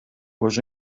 was